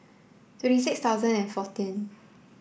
twenty six thousand and fourteen